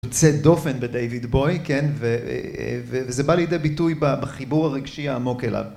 יוצא דופן בדיוויד בוי, כן, וזה בא לידי ביטוי בחיבור הרגשי העמוק אליו.